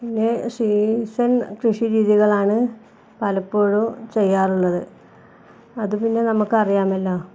പിന്നെ സീസൺ കൃഷി രീതികളാണു പലപ്പോഴും ചെയ്യാറുള്ളത് അതു പിന്നെ നമുക്കറിയാമല്ലോ